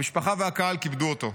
המשפחה והקהל כיבדו אותו.